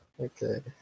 Okay